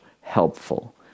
helpful